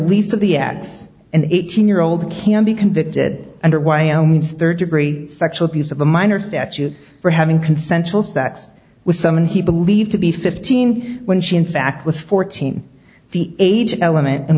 least of the ads an eighteen year old can be convicted under wyoming's third degree sexual abuse of a minor statute for having consensual sex with someone he believed to be fifteen when she in fact was fourteen the age element in